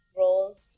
roles